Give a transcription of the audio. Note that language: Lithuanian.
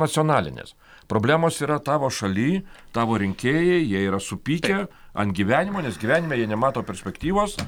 nacionalinės problemos yra tavo šaly tavo rinkėjai jie yra supykę ant gyvenimo nes gyvenime jie nemato perspektyvos